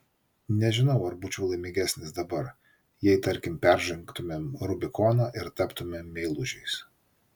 nežinau ar būčiau laimingesnis dabar jei tarkim peržengtumėm rubikoną ir taptumėm meilužiais